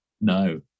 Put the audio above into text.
No